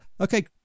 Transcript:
Okay